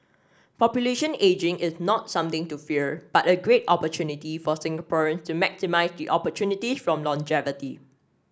population ageing is not something to fear but a great opportunity for Singaporeans to maximise the opportunities from longevity